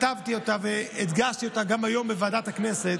כתבתי אותה והדגשתי אותה גם היום בוועדת הכנסת.